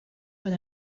per